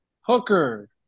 Hooker